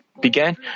began